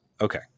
okay